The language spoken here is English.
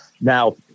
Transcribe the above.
Now